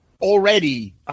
already